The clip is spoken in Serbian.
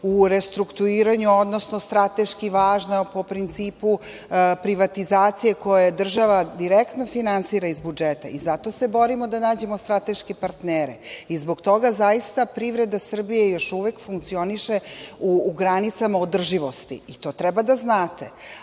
u restrukturiranju, odnosno strateški važna po principu privatizacije koje država direktno finansira iz budžeta. Zato se borimo da nađemo strateške partnere i zbog toga zaista privreda Srbije još uvek funkcioniše u granicama održivosti i to treba da znate. Ali,